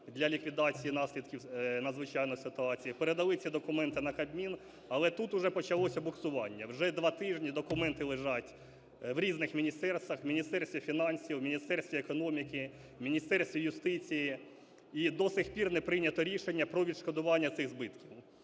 для ліквідації наслідків надзвичайної ситуації, передали ці документи на Кабмін, але тут уже почалося буксування. Вже 2 тижні документи лежать в різних міністерствах: в Міністерстві фінансів, в Міністерстві економіки, в Міністерстві юстиції, і до сих пір не прийнято рішення про відшкодування цих збитків.